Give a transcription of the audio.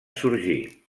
sorgir